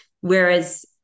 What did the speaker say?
whereas